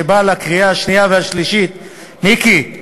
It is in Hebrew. שבאה לקריאה השנייה והשלישית, מיקי,